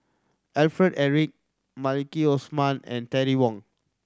Alfred Eric Maliki Osman and Terry Wong